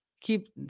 Keep